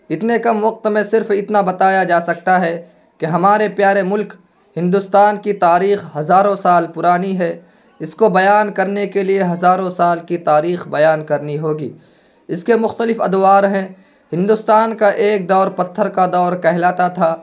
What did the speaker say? اتنے کم وقت میں صرف اتنا بتایا جا سکتا ہے کہ ہمارے پیارے ملک ہندوستان کی تاریخ ہزاروں سال پرانی ہے اس کو بیان کرنے کے لیے ہزاروں سال کی تاریخ بیان کرنی ہوگی اس کے مختلف ادوار ہیں ہندوستان کا ایک دور پتھر کا دور کہلاتا تھا